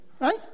Right